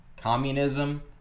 Communism